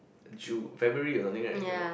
Ju~ February or something right it came out